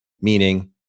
meaning